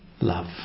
love